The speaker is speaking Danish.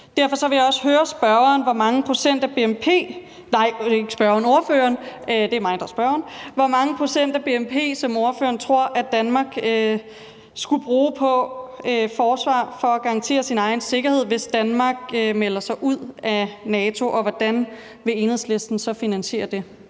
Derfor vil jeg også høre ordføreren, hvor mange procent af bnp ordføreren tror at Danmark skulle bruge på et forsvar for at garantere sin egen sikkerhed, hvis Danmark melder sig ud af NATO, og hvordan Enhedslisten så vil finansiere det.